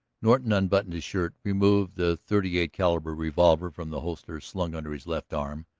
norton unbuttoned his shirt, removed the thirty-eight-caliber revolver from the holster slung under his left arm,